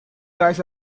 guys